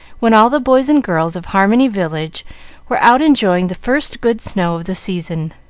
when all the boys and girls of harmony village were out enjoying the first good snow of the season.